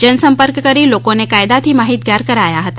જનસંપર્ક કરી લોકોને કાયદાથી માહિતગાર કરાયા હતા